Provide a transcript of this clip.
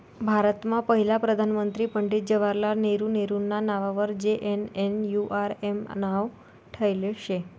भारतमा पहिला प्रधानमंत्री पंडित जवाहरलाल नेहरू नेहरूना नाववर जे.एन.एन.यू.आर.एम नाव ठेयेल शे